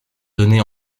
donné